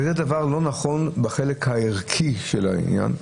זה דבר לא נכון בחלק הערכי של העניין.